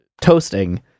toasting